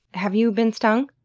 have you been stung?